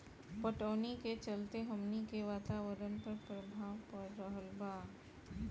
पटवनी के चलते हमनी के वातावरण पर प्रभाव पड़ रहल बा